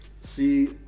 see